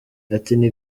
ati“ni